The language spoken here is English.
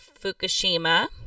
Fukushima